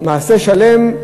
מעשה שלם,